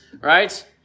Right